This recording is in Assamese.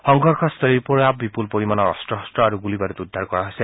সংঘৰ্যস্থলীৰ পৰা বিপুল পৰিমাণৰ অস্ত্ৰ শস্ত্ৰ আৰু গুলী বাৰুদ উদ্ধাৰ কৰা হৈছে